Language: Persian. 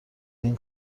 این